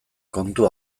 kontu